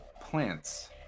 plants